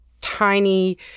Tiny